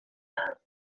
her